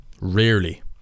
Rarely